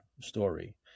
story